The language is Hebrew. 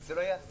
זה לא ייעשה.